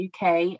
UK